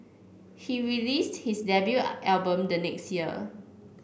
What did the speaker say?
he released his debut album the next year